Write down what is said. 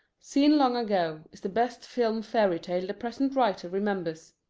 seen long ago, is the best film fairy-tale the present writer remembers.